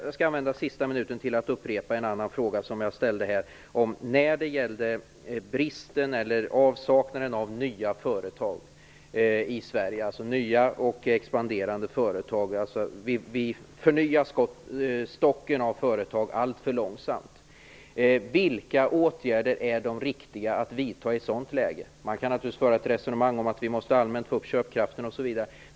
Jag skall använda sista minuten till att upprepa en annan fråga som jag ställde när det gällde bristen på eller avsaknaden av nya expanderande företag i Sverige. Vi förnyar stocken av företag alltför långsamt. Vilka åtgärder är det riktigt att vidta i ett sådant läge? Man kan naturligtvis föra ett resonemang om att vi allmänt måste få upp köpkraften osv.